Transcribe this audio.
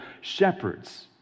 shepherds